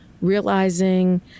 realizing